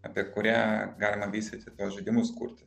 apie kurią galima vystyti tuos žaidimus kurti